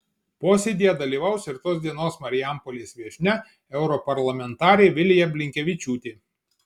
posėdyje dalyvaus ir tos dienos marijampolės viešnia europarlamentarė vilija blinkevičiūtė